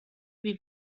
wie